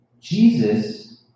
Jesus